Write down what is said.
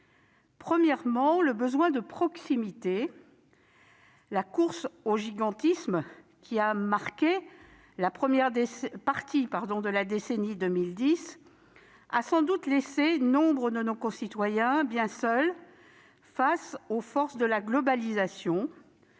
Premièrement, le besoin de proximité : la course au gigantisme, qui a marqué la première partie de la décennie 2010, a sans doute laissé nombre de nos concitoyens bien seuls face aux forces de la globalisation,